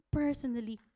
personally